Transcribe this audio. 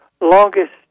longest